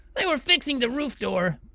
they were fixing the roof door.